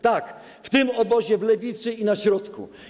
Tak, w tym obozie, w lewicy i na środku.